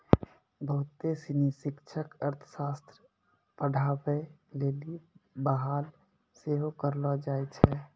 बहुते सिनी शिक्षक अर्थशास्त्र पढ़ाबै लेली बहाल सेहो करलो जाय छै